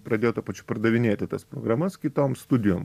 pradėjo tuo pačiu pardavinėti tas programas kitom studijom